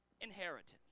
inheritance